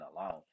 alone